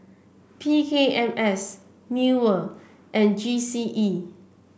P K M S MEWR and G C E